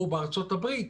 או בארצות הברית,